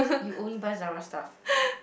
you only buy Zara stuff